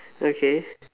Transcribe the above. okay